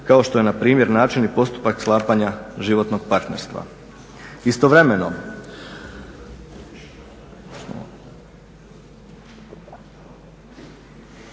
kao što je npr. način i postupak sklapanja životnog partnerstva. Istovremeno